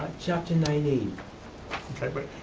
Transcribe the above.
chapter ninety eight. okay, but